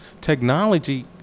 technology